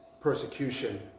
persecution